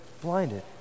blinded